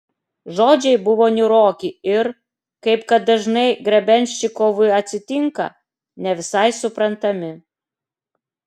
žodžiai buvo niūroki ir kaip kad dažnai grebenščikovui atsitinka ne visai suprantami